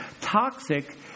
toxic